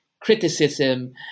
criticism